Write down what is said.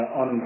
on